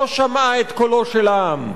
לא שמעה את קולו של העם,